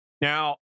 Now